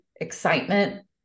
excitement